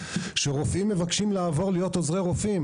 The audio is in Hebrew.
שרופאים מבקשים לעבור להיות עוזרי רופאים